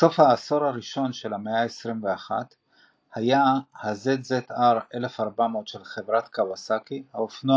בסוף העשור הראשון של המאה ה-21 היה ZZR1400 של חברת קווסאקי האופנוע